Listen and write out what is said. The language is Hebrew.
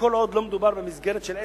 וכל עוד לא מדובר במסגרת של עסק.